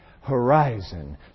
horizon